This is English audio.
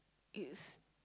it's